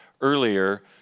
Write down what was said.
earlier